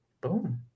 Boom